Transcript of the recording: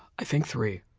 i think three,